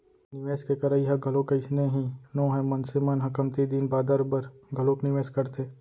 निवेस के करई ह घलोक अइसने ही नोहय मनसे मन ह कमती दिन बादर बर घलोक निवेस करथे